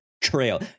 trail